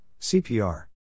CPR